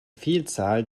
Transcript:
vielzahl